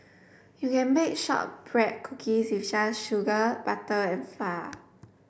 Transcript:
you can bake shortbread cookies just sugar butter and far